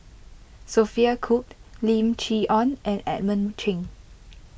Sophia Cooke Lim Chee Onn and Edmund Cheng